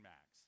Max